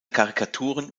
karikaturen